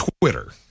Twitter